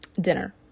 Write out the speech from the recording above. dinner